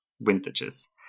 vintages